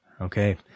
Okay